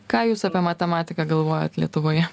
ką jūs apie matematiką galvojat lietuvoje